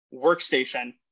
workstation